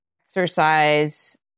exercise